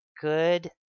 good